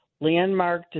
landmark